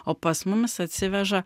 o pas mumis atsiveža